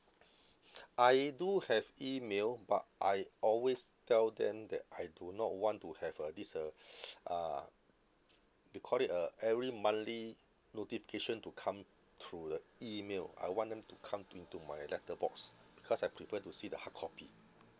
I do have email but I always tell them that I do not want to have uh this uh uh they call it uh every monthly notification to come through the email I want them to come into my letter box because I prefer to see the hard copy